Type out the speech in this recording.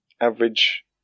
average